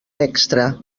extra